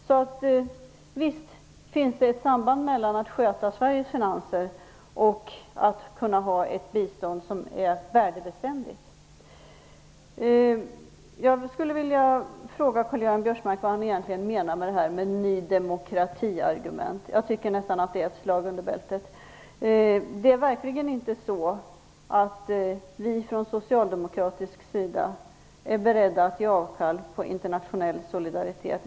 Så visst finns det ett samband mellan att sköta Sveriges finanser och att kunna ha ett bistånd som är värdebeständigt. Jag skulle vilja fråga Karl-Göran Biörsmark vad han egentligen menar med talet om "Ny-demokratiargument". Jag tycker nästan att det är ett slag under bältet. Det är verkligen inte så att vi från socialdemokratisk sida är beredda att göra avkall på internationell solidaritet.